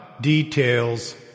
details